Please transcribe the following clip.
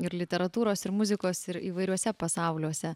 ir literatūros ir muzikos ir įvairiuose pasauliuose